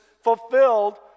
fulfilled